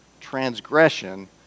transgression